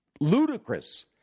Ludicrous